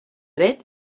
dret